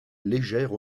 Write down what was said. légère